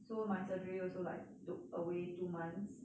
so my surgery also like took away two months